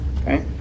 Okay